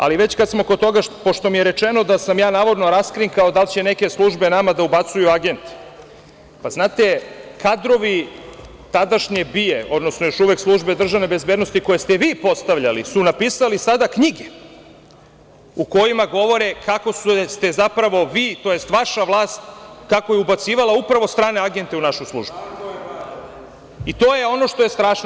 Ali, već kada smo kod toga, pošto mi je rečeno da sam ja navodno raskrinkao da li će neke službe nama da ubacuju agente, znate, kadrovi tadašnje BIA, odnosno još uvek Službe državne bezbednosti, koje ste vi postavljali su napisali sada knjige u kojima govore kako ste zapravo vi, tj. vaša vlast kako je ubacivala upravo strane agente u našu službu i to je ono što je strašno.